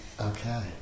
okay